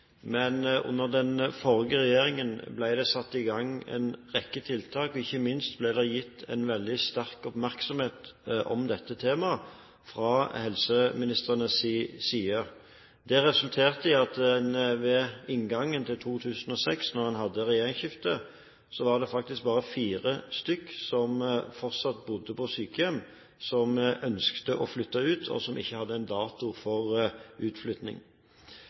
men under den forrige regjeringen ble det satt i gang en rekke tiltak. Ikke minst ble det gitt veldig sterk oppmerksomhet om dette temaet fra helseministrenes side. Det resulterte i at det ved inngangen til 2006, da en hadde regjeringsskiftet, faktisk bare var fire stykker som fortsatt bodde på sykehjem, som ønsket å flytte ut, og som ikke hadde en dato for